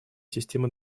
системы